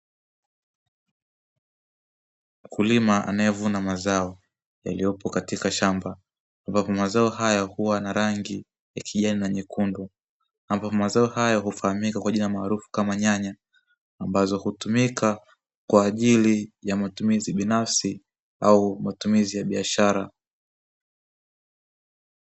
Mkulima anayevuna mazao yaliyopo katika shamba ambapo mazao haya huwa na rangi ya kijani na nyekundu, ambapo mazao haya hufahamika kwa jina maarufu kama nyanya ambazo hutumika kwa ajili ya matumizi binafsi au matumizi ya biashara.